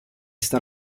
sta